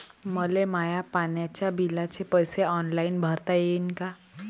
मले माया पाण्याच्या बिलाचे पैसे ऑनलाईन भरता येईन का?